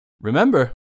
remember